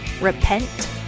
repent